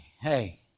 Hey